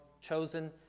chosen